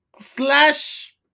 slash